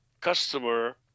customer